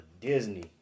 Disney